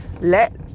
Let